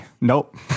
Nope